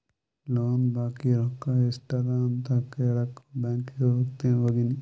ಲೋನ್ದು ಬಾಕಿ ರೊಕ್ಕಾ ಎಸ್ಟ್ ಅದ ಅಂತ ಕೆಳಾಕ್ ಬ್ಯಾಂಕೀಗಿ ಹೋಗಿನಿ